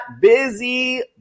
busy